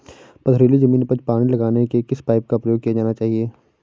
पथरीली ज़मीन पर पानी लगाने के किस पाइप का प्रयोग किया जाना चाहिए?